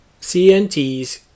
CNTs